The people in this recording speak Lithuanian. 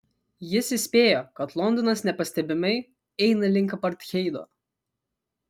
jis įspėjo kad londonas nepastebimai eina link apartheido